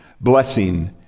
blessing